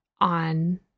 on